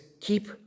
keep